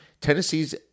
Tennessee's